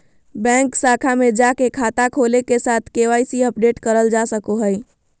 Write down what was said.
bank शाखा में जाके खाता खोले के साथ के.वाई.सी अपडेट करल जा सको हय